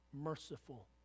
Merciful